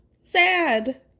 Sad